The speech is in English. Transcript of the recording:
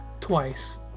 twice